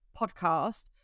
podcast